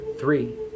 three